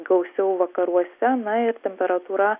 gausiau vakaruose na ir temperatūra